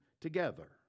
together